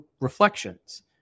reflections